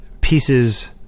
pieces